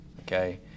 okay